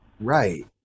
right